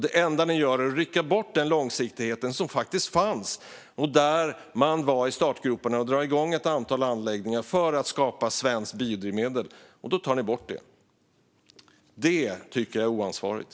Det enda ni gör är att rycka bort den långsiktighet som faktiskt fanns. Man låg i startgroparna för att dra igång ett antal anläggningar för att skapa svenskt biodrivmedel, och då tar ni bort den. Det tycker jag är oansvarigt.